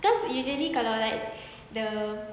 cause usually kalau like the